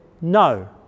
no